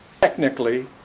technically